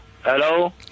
Hello